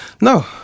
no